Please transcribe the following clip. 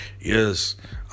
yes